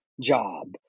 job